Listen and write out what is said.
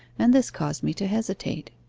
and this caused me to hesitate.